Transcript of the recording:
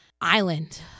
island